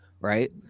Right